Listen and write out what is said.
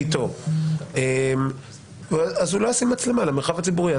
הוא לא ישים מצלמה למרחב הציבורי.